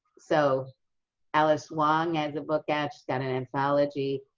so alice wong has a book out. she's got an anthology,